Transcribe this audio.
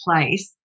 place